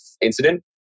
incident